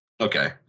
Okay